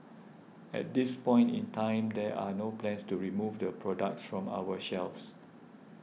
at this point in time there are no plans to remove the products from our shelves